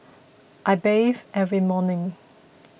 I bathe every morning